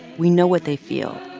we know what they feel.